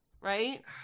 right